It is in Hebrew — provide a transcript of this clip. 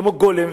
כמו גולם,